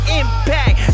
impact